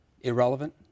Irrelevant